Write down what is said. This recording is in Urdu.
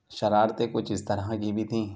شرارتیں کچھ اس طرح کی بھی تھیں